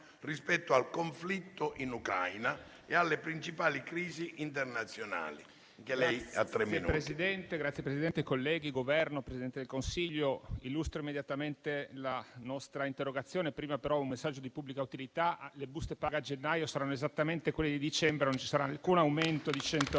rispetto al conflitto in Ucraina e alle principali crisi inte[...]